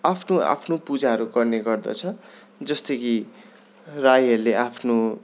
आफ्नो आफ्नो पूजाहरू गर्ने गर्दछ जस्तै कि राईहरूले आफ्नो